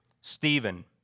Stephen